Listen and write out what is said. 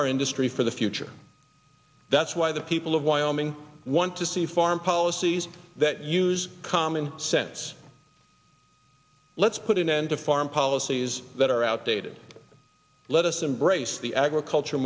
our industry for the future that's why the people of wyoming want to see farm policies that use common sense let's put an end to farm policies that are outdated let us embrace the agricultur